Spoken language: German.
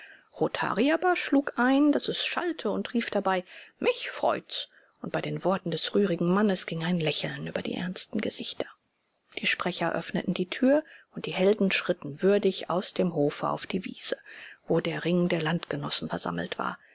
rothari aber schlug ein daß es schallte und rief dabei mich freut's und bei den worten des rührigen mannes ging ein lächeln über die ernsten gesichter der sprecher öffnete die tür und die helden schritten würdig aus dem hofe auf die wiese wo der ring der landgenossen versammelt war